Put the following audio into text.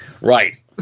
Right